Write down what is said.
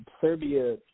Serbia –